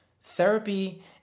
Therapy